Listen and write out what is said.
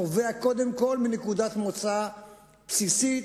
נובעים קודם כול מנקודת מוצא בסיסית,